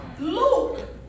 Luke